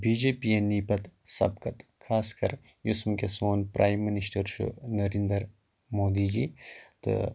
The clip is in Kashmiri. تہٕ بی جے پی یَن نی پَتہٕ سبقَت خاص کر یُس وٕنۍکٮ۪س سون پرٛایِم مِنِسٹَر چھُ نَرِنٛدَر مودی جی تہٕ